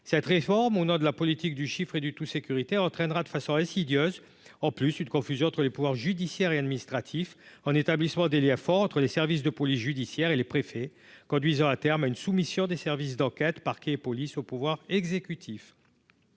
cette réforme au nom de la. Politique du chiffre et du tout sécuritaire entraînera de façon insidieuse en plus une confusion entre les pouvoirs judiciaires et administratifs en établissement Délia fort entre les services de police judiciaire et les préfets conduisant à terme à une soumission des services d'enquête Parquet Police au pouvoir exécutif